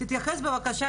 תתייחס, בבקשה.